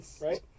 right